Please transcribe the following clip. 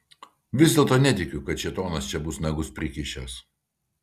vis dėlto netikiu kad šėtonas čia bus nagus prikišęs